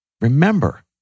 remember